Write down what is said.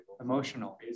Emotional